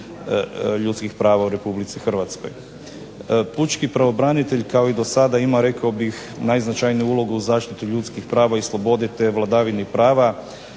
ljudskih prava u Republici Hrvatskoj. Pučki pravobranitelj kao i do sada ima rekao bih najznačajniju ulogu u zaštiti ljudskih prava i slobode, te vladavini prava,